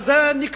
אבל זה נקטע